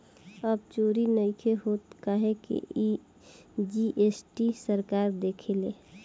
अब चोरी नइखे होत काहे की जी.एस.टी सरकार देखेले